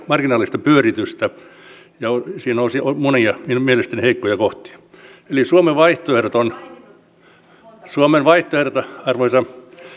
marginaalista pyöritystä ja siinä on monia minun mielestäni heikkoja kohtia eli suomen vaihtoehdot ovat suomen vaihtoehdot arvoisa